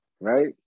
right